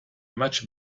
much